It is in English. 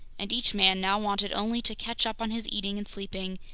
and each man now wanted only to catch up on his eating and sleeping,